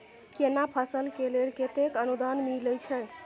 केना फसल के लेल केतेक अनुदान मिलै छै?